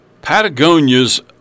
Patagonia's